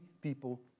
people